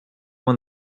when